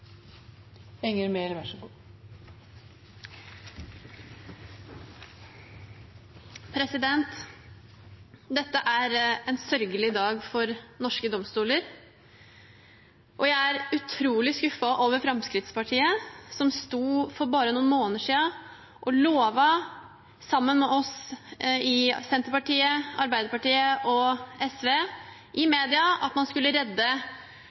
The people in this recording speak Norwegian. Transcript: utrolig skuffet over Fremskrittspartiet, som for bare noen måneder siden i media sto og lovet, sammen med oss i Senterpartiet, Arbeiderpartiet og SV, at man skulle redde